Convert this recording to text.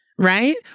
Right